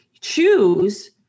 choose